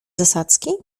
zasadzki